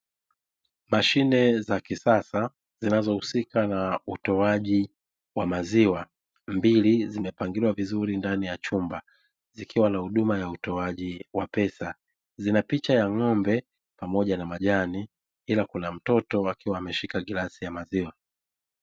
mashine za kisasa zinazo husika na zinazohusika na utoaji wa maziwa mbili zimepangiliwa vizuri ndani ya chumba, zikiwa na huduma ya utoaji wa pesa zina picha ya ng'ombe na majani pia kuna mtoto akiwa ameshika glasi ya maziwa.